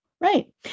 Right